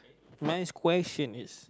my question is